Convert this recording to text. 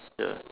ya